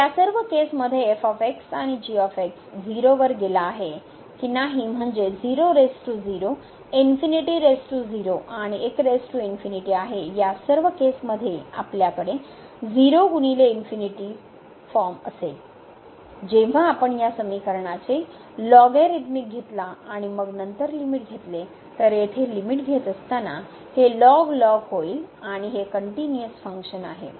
तर या सर्व केसमध्ये f आणि 0 वर गेला आहे की नाही म्हणजे आहे या सर्व केसमध्ये आपल्याकडे will फॉर्म असेल जेव्हा आपण या समीकरणाचे लॉगरिथमिक घेतला आणि मग नंतर लिमिट घेतले तर येथे लिमिट घेत असताना हे होईल आणि हे कंटीन्यूअस फंक्शन आहे